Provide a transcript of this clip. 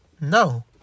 No